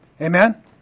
Amen